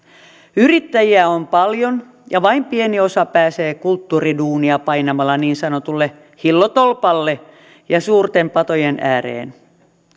yrittäjiä on paljon ja vain pieni osa pääsee kulttuuriduunia painamalla niin sanotulle hillotolpalle ja suurten patojen ääreen